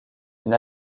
une